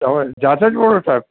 તમે જાતે જ બોલો સાહેબ